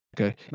Okay